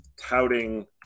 touting